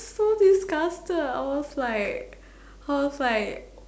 so disgusted I was like I was like